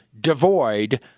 devoid